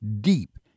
deep